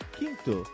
Quinto